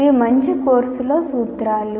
ఇవి మంచి కోర్సులో సూత్రాలు